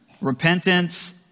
repentance